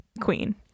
queen